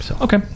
Okay